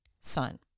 Son